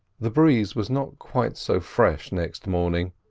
the breeze was not quite so fresh next morning,